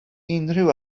unrhyw